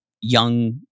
young